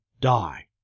die